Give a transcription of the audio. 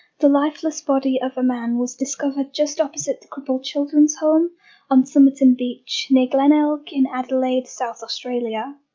the lifeless body of a man was discovered just opposite the crippled children's home on somerton beach, near glenelg in adelaide, south australia.